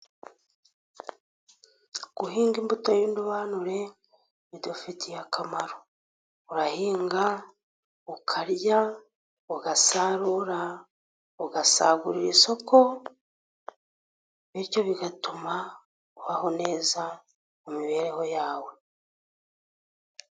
Guhinga imbuto y'indobanure bidufitiye akamaro, urahinga ukarya, ugasarura ugasagurira isoko, bityo bigatuma ubaho neza mu mibereho yawe.